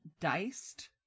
diced